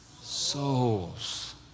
souls